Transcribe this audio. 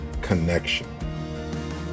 connection